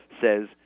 says